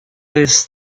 jest